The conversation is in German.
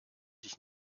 dich